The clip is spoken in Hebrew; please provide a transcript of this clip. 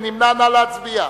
מי נמנע?